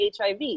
HIV